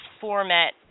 format